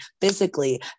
physically